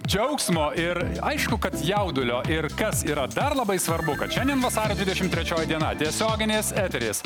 džiaugsmo ir aišku kad jaudulio ir kas yra dar labai svarbu kad šiandien vasario dvidešimt trečioji diena tiesioginis eteris